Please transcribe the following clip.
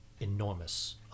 enormous